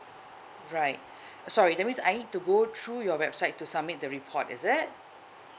right sorry that means I need to go through your website to submit the report is it